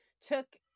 took